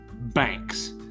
banks